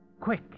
Quick